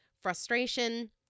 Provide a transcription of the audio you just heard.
frustration